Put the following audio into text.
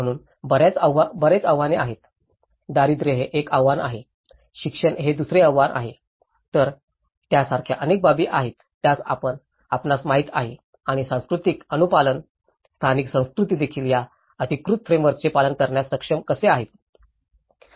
म्हणूनच बर्याच आव्हाने आहेत दारिद्र्य हे एक आव्हान आहे शिक्षण हे एक दुसरे आव्हान आहे तर त्यासारख्या अनेक बाबी आहेत ज्यात आपणास माहित आहे आणि सांस्कृतिक अनुपालन स्थानिक संस्कृती देखील या अधिकृत फ्रेमवर्कचे पालन करण्यास सक्षम कसे आहेत